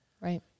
right